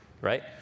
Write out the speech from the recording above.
right